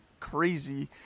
crazy